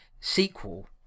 sequel